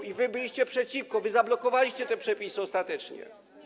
I wy byliście przeciwko, wy zablokowaliście te przepisy ostatecznie.